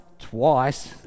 twice